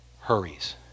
hurries